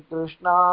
Krishna